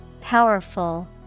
Powerful